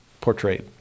portrayed